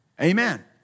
Amen